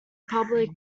public